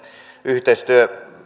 yhteistyö